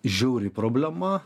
žiauri problema